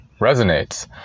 resonates